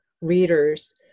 readers